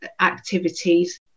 activities